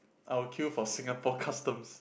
I will queue for Singapore customs